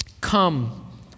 Come